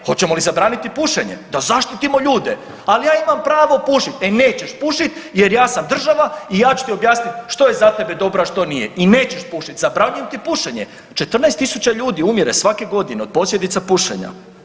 Hoćemo li zabraniti pušenje da zaštitimo ljude, al ja imam pravo pušit, e nećeš pušit jer ja sam država i ja ću ti objasnit što je za tebe dobro, a što nije i nećeš pušit, zabranjujem ti pušenje, 14.000 ljudi umire svake godine od posljedica pušenja.